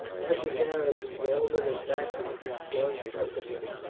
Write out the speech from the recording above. had the garrisons all been attacked and destroyed separately,